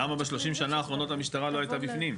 למה ב-30 השנים האחרונות המשטרה לא הייתה בפנים?